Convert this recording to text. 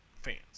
fans